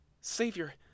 Savior